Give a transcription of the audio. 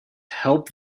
help